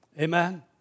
Amen